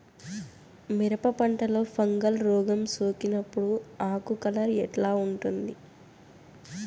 మిరప పంటలో ఫంగల్ రోగం సోకినప్పుడు ఆకు కలర్ ఎట్లా ఉంటుంది?